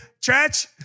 church